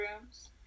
rooms